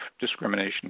discrimination